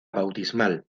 bautismal